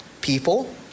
people